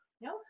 No